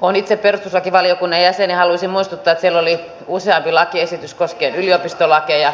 olen itse perustuslakivaliokunnan jäsen ja haluaisin muistuttaa että siellä oli useampi lakiesitys koskien yliopistolakeja